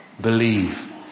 believe